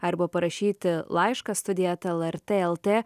arba parašyti laišką studija eta lrt lt